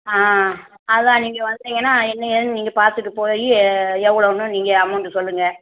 ஆ அதான் நீங்கள் வந்தீங்கன்னா என்ன ஏதுன்னு நீங்கள் பார்த்துட்டுப் போய் எவ்வளோன்னு நீங்கள் அமௌண்ட்டு சொல்லுங்கள்